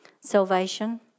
salvation